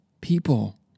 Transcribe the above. People